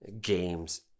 games